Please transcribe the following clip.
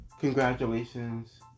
Congratulations